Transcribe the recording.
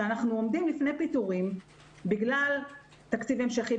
אנחנו עומדים לפני פיטורים בגלל התקציב ההמשכי,